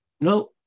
No